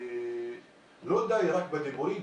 לא די בדיבורים.